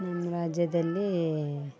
ನಮ್ಮ ರಾಜ್ಯದಲ್ಲಿ